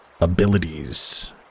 abilities